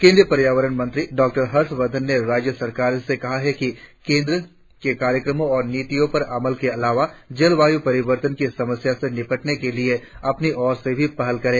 केंद्रीय पर्यावरण मंत्री डॉक्टर हर्षवर्धन ने राज्य सरकारों से कहा है कि वे केंद्र के कार्यक्रमों और नीतियों पर अमल के अलावा जलवायू परिवर्तन की समस्या से निपटने के लिए अपनी ओर से भी पहल करें